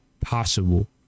possible